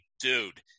dude